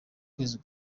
kwezi